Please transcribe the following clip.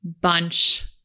bunch